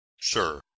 sir